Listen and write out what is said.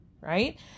Right